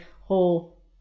whole